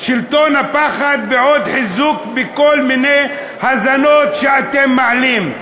שלטון הפחד בעוד חיזוק בכל מיני האזנות שאתם מעלים.